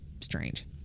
strange